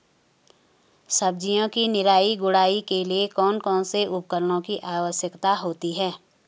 सब्जियों की निराई गुड़ाई के लिए कौन कौन से उपकरणों की आवश्यकता होती है?